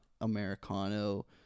Americano